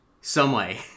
Someway